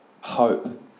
hope